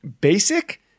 basic